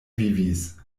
vivis